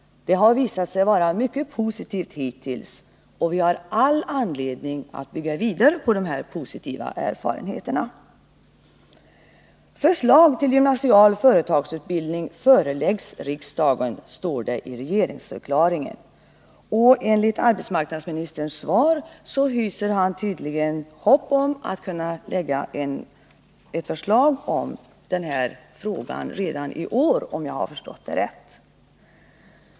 Det har visat sig vara mycket positivt hittills, och vi har all anledning att bygga vidare på dessa positiva erfarenheter. ”Förslag till gymnasial företagsutbildning föreläggs riksdagen”, står det i regeringsförklaringen. Och enligt arbetsmarknadsministerns svar hyser han tydligen hopp om att kunna lägga fram ett förslag i denna fråga redan i år, om jag har förstått rätt.